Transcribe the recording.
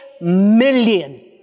million